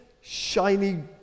shiny